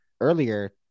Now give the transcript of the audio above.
earlier